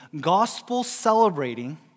gospel-celebrating